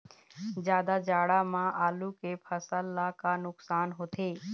जादा जाड़ा म आलू के फसल ला का नुकसान होथे?